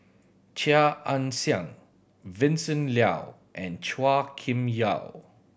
Chia Ann Siang Vincent Leow and Chua Kim Yeow